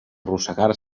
arrossegar